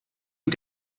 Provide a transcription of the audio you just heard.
you